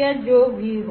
या जो भी हो